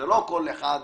לא כל אחד.